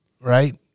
right